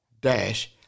dash